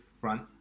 front